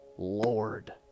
Lord